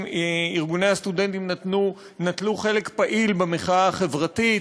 ארגוני הסטודנטים נטלו חלק פעיל במחאה החברתית,